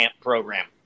program